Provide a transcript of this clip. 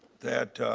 that